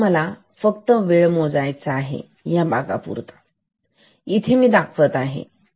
कारण मला फक्त वेळ मोजायचा हे या भागापुरता इथे मी दाखवत आहे